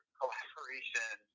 collaboration